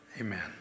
Amen